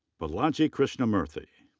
balaji krishnamurthy.